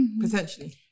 Potentially